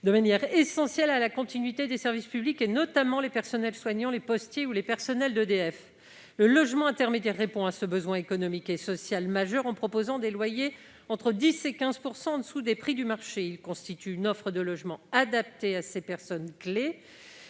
de manière essentielle à la continuité des services publics, notamment les personnels soignants, les postiers ou les agents d'EDF. Le logement intermédiaire répond à ce besoin économique et social majeur, en proposant des loyers entre 10 % et 15 % inférieurs aux prix du marché. Il constitue une offre de logements adaptée à ces personnes clés,